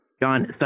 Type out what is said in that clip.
John